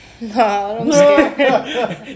No